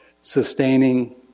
sustaining